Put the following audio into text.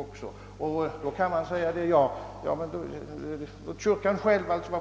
Man kan då undra varför denna fråga